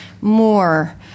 More